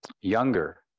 younger